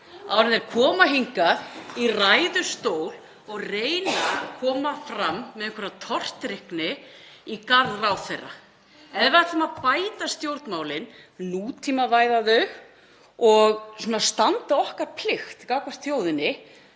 áður en þeir koma hingað í ræðustól og reyna að koma fram með einhverja tortryggni í garð ráðherra. Ef við ætlum að bæta stjórnmálin, nútímavæða þau og standa okkar plikt gagnvart þjóðinni,